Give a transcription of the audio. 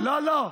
אני הערתי לו.